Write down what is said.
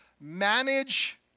manage